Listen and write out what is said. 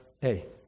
hey